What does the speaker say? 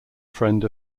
friend